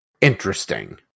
interesting